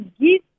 give